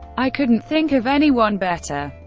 i couldn't think of anyone better.